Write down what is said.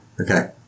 Okay